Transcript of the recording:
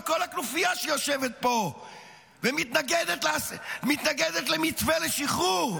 וכל הכנופhיה שיושבת פה ומתנגדת למתווה לשחרור,